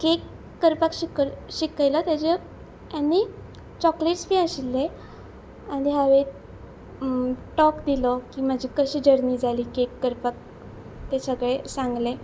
cake करपाक शिक शिकयला तेज्या आनी चॉकलेट्स बी आशिल्ले आनी हांवे टॉक दिलो की म्हाजी कशी जर्नी जाली केक करपाक ते सगळे सांगले